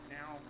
now